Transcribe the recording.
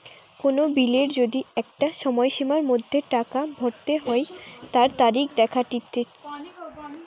কোন বিলের যদি একটা সময়সীমার মধ্যে টাকা ভরতে হই তার তারিখ দেখাটিচ্ছে